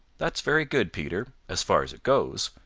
that is very good, peter, as far as it goes,